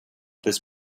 this